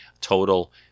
total